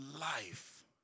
life